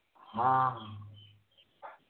हाँ